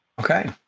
Okay